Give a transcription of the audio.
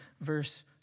verse